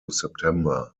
september